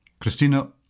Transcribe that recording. Christina